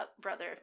brother